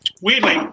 Weirdly